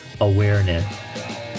awareness